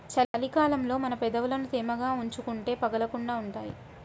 చలి కాలంలో మన పెదవులని తేమగా ఉంచుకుంటే పగలకుండా ఉంటాయ్